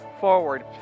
forward